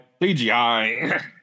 CGI